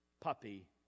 puppy